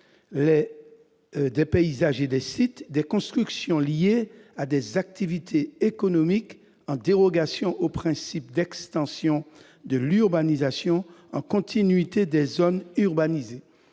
des paysages et des sites, des constructions liées à des activités économiques en dérogation au principe d'extension de l'urbanisation en continuité des zones urbanisées.